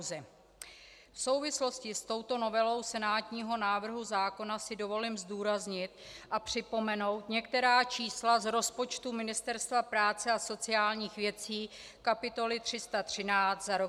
V souvislosti s touto novelou senátního návrhu zákona si dovolím zdůraznit a připomenout některá čísla z rozpočtu Ministerstva práce a sociálních věcí, kapitoly 313, za rok 2013.